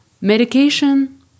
medication